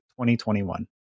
2021